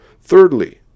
Thirdly